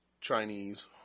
Chinese